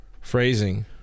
phrasing